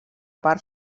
part